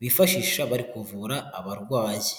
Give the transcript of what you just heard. bifashisha bari kuvura abarwayi.